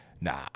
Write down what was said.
Nah